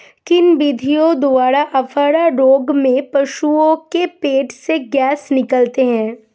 किन विधियों द्वारा अफारा रोग में पशुओं के पेट से गैस निकालते हैं?